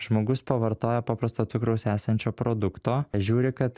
žmogus pavartoja paprasto cukraus esančio produkto žiūri kad